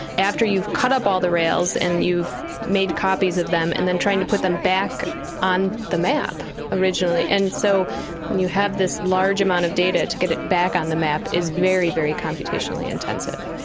after you've cut up all the rails and you've made copies of them and then trying to put them back on the map originally. and so when you have this large amount of data, to get it back on the map is very, very computationally intensive.